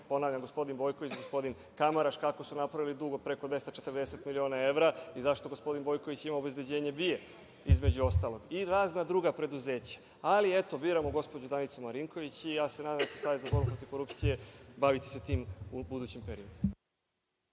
Ponavljam, gospodin Bojković i gospodin Kamaraš kako su napravili dug od preko 240 miliona evra i zašto gospodin Bojković ima obezbeđenje BIA-e, između ostalog, i razna druga preduzeća? Eto, biramo gospođu Danicu Marinković i nadam se da će se Savet za borbu protiv korupcije baviti time u budućem periodu.